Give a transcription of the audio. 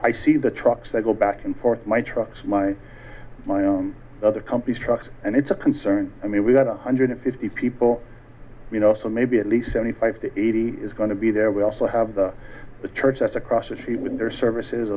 i see the trucks i go back and forth my trucks my my other companies trucks and it's a concern i mean we've got one hundred fifty people you know so maybe at least seventy five to eighty is going to be there we also have the church that's across the street with their services